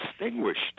extinguished